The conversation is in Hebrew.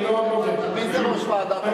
אני לא, מי זה ראש ועדת המעקב?